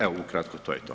Evo ukratko to je to.